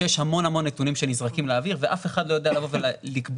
שיש המון המון נתונים שנזרקים לאוויר ואף אחד לא יודע לבוא ולקבוע